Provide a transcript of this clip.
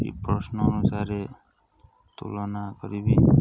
ଏ ପ୍ରଶ୍ନ ଅନୁସାରେ ତୁଳନା କରିବି